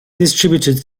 distributed